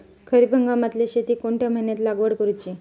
खरीप हंगामातल्या शेतीक कोणत्या महिन्यात लागवड करूची?